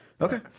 Okay